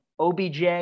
OBJ